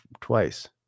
twice